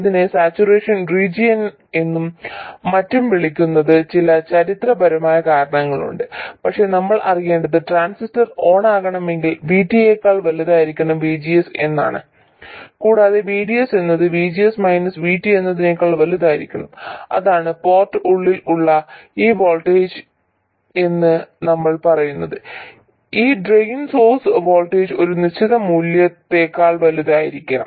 ഇതിനെ saturation region എന്നും മറ്റും വിളിക്കുന്നതിന് ചില ചരിത്രപരമായ കാരണങ്ങളുണ്ട് പക്ഷേ നമ്മൾ അറിയേണ്ടത് ട്രാൻസിസ്റ്റർ ഓണാകണമെങ്കിൽ VT യെക്കാൾ വലുതായിരിക്കണം VGS എന്നത് കൂടാതെ VDS എന്നത് VGS മൈനസ് VT എന്നതിനേക്കാൾ വലുതായിരിക്കണം അതാണ് പോർട്ട് രണ്ടിൽ ഉള്ള ഈ വോൾട്ടേജ് എന്ന് നമ്മൾ പറയുന്നത് ഈ ഡ്രെയിൻ സോഴ്സ് വോൾട്ടേജ് ഒരു നിശ്ചിത മൂല്യത്തേക്കാൾ വലുതായിരിക്കണം